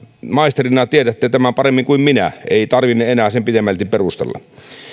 maisterina tiedätte tämän paremmin kuin minä ei tarvinne enää sen pitemmälti perustella